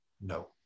no